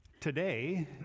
Today